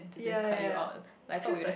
ya ya ya ya feels like